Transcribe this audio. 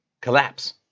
collapse